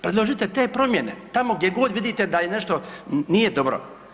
Predložite te promjene tamo gdje god vidite da nešto nije dobro.